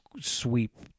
sweep